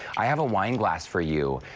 i have a wine glass for you.